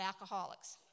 alcoholics